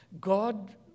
God